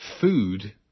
food